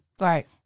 Right